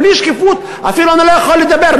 בלי שקיפות אפילו אני לא יכול לדבר.